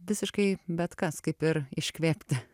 visiškai bet kas kaip ir iškvėpti